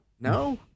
No